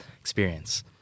experience